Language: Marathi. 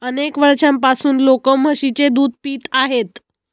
अनेक वर्षांपासून लोक म्हशीचे दूध पित आहेत